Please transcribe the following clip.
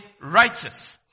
righteous